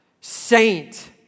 saint